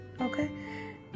Okay